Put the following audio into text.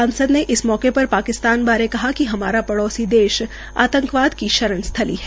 सांसद ने इस मौके पर पाकिस्तान बारे कहा कि हमारा पड़ोसी देश आंतकवाद की शरण स्थली है